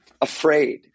afraid